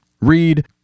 Read